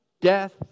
death